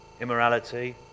immorality